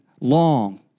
long